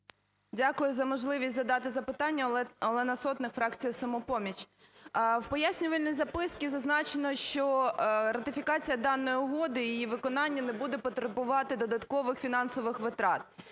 Дякую за можливість задати запитання. Олена Сотник, фракція "Самопоміч". У пояснювальні записці зазначено, що ратифікація даної угоди і її виконання не буде потребувати додаткових фінансових витрат.